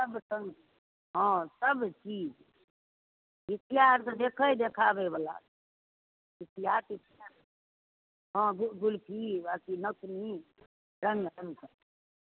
सब सङ्ग हँ सब चीज देखै देखाबे बला हँ जुल्फी अथि नथुनी रङ्ग